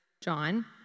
John